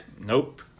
Nope